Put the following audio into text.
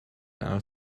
are